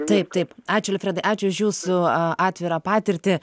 taip taip ačiū alfredai ačiū už jūsų atvirą patirtį